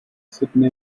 sydney